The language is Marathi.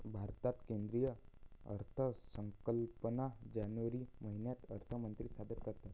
भारतात केंद्रीय अर्थसंकल्प जानेवारी महिन्यात अर्थमंत्री सादर करतात